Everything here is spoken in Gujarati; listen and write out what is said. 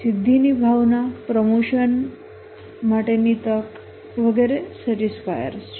સિદ્ધિની ભાવના પ્રોમોશન માટેની તક વગેરે સેટિસ્ફાયર્સ છે